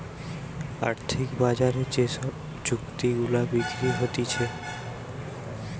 আর্থিক বাজারে যে সব চুক্তি গুলা বিক্রি হতিছে